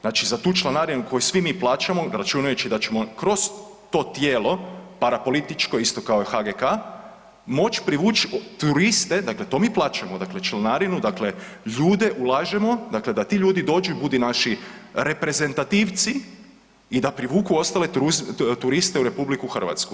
Znači za to članarinu koju svi mi plaćamo, računajući da će kroz to tijelo parapolitičko, isto kao i HGK, moći privući turiste, dakle to mi plaćamo, dakle članarinu, dakle ljude, ulažemo dakle da ti ljudi dođu i budu naši reprezentativci i da privuku ostale turiste u RH.